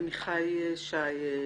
עמיחי שי,